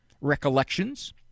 recollections